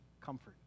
comfort